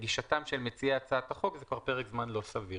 לגישתם של מציעי הצעת החוק זה כבר פרק זמן לא סביר.